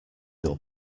your